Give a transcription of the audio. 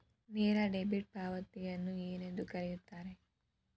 ನೇರ ಡೆಬಿಟ್ ಪಾವತಿಯನ್ನು ಏನೆಂದು ಕರೆಯುತ್ತಾರೆ?